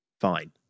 Fine